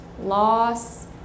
loss